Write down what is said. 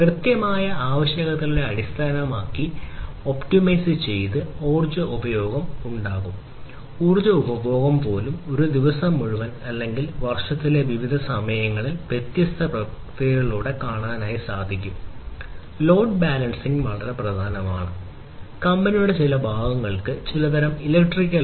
കൃത്യമായ ആവശ്യകതകളെ അടിസ്ഥാനമാക്കി ഒപ്റ്റിമൈസ് ചെയ്ത ഊർജ്ജ ഉപഭോഗം ഉണ്ടാകും ഊർജ്ജ ഉപഭോഗം പോലും ദിവസം മുഴുവൻ അല്ലെങ്കിൽ വർഷത്തിലെ വിവിധ സമയങ്ങളിൽ വ്യത്യസ്ത പ്രക്രിയകളിലൂടെ സന്തുലിതമാക്കാം